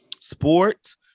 sports